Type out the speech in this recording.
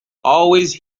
always